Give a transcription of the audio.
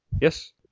Yes